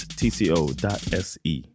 tcO.se